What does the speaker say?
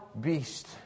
beast